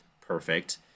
perfect